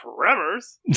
Tremors